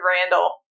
Randall